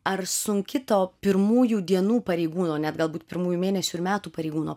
ar sunki to pirmųjų dienų pareigūno net galbūt pirmųjų mėnesių ir metų pareigūno